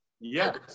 Yes